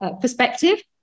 perspective